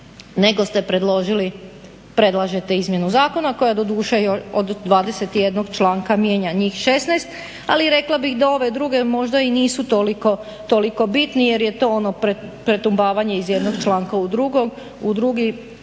Ne, nego predlažete izmjenu zakona koja doduše od 21 članka mijenja njih 16, ali rekla bih da ove druge možda i nisu toliko bitni jer je to ono pretumbavanje iz jednog članka u drugi